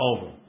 over